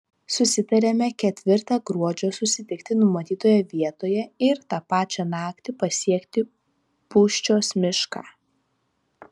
susitariame ketvirtą gruodžio susitikti numatytoje vietoje ir tą pačią naktį pasiekti pūščios mišką